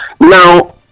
Now